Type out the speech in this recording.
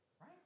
Right